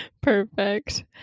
perfect